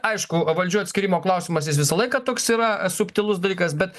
aišku valdžių atskyrimo klausimas jis visą laiką toks yra subtilus dalykas bet